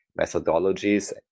methodologies